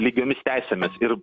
lygiomis teisėmis ir